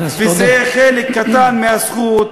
זה חלק קטן מהזכות.